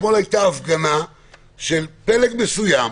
אתמול הייתה הפגנה של פלג מסוים,